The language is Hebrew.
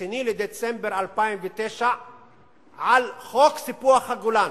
ב-2 בדצמבר 2009 על חוק סיפוח הגולן: